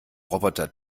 roboter